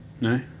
No